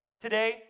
today